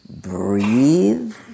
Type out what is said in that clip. breathe